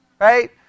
right